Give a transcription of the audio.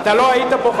אתה לא היית פה,